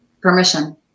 permission